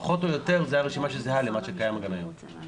פחות או יותר זו הרשימה שזהה למה שקיים גם היום.